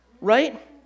right